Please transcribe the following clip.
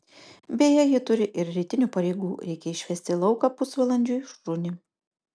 beje ji turi ir rytinių pareigų reikia išvesti į lauką pusvalandžiui šunį